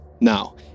now